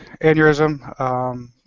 aneurysm